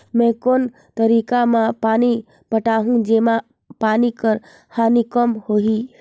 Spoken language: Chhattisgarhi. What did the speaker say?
मैं कोन तरीका म पानी पटाहूं जेमा पानी कर हानि कम होही?